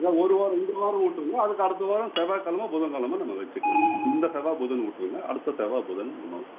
இல்லை ஒரு வாரம் இந்த வாரம் விட்டுருங்க அதுக்கு அடுத்த வாரம் செவ்வாக்கெழம புதன்கெழம நம்ம வச்சுக்குவோம் இந்த செவ்வாய் புதன் விட்டுருங்க அடுத்த செவ்வாய் புதன் நம்ம